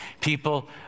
people